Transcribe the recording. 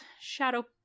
Shadow